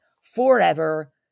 forever